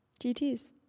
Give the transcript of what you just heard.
GTs